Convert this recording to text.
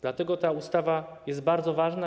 Dlatego ta ustawa jest bardzo ważna.